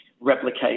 replicate